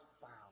found